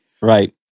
right